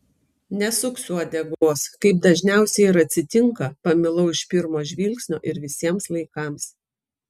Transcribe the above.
nesuksiu uodegos kaip dažniausiai ir atsitinka pamilau iš pirmo žvilgsnio ir visiems laikams